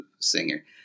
singer